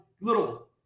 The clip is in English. little